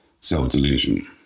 self-delusion